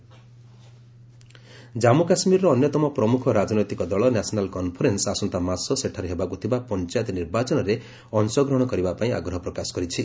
JK NC panchayat polls Jammu କାଶ୍ମୀରର ଅନ୍ୟତମ ପ୍ରମୁଖ ରାଜନୈତିକ ଦଳ ନ୍ୟାସନାଲ୍ କନ୍ଫରେନ୍ନ ଆସନ୍ତାମାସ ସେଠାରେହେବାକୁ ଥିବା ପଞ୍ଚାୟତ ନିର୍ବାଚନରେ ଅଂଠ ଗ୍ରହଣ କରିବା ପାଇଁ ଆଗ୍ରହ ପ୍ରକାଶ କରିଛି